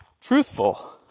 truthful